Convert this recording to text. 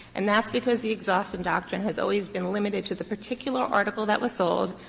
and that's because the exhaustion doctrine has always been limited to the particular article that was sold,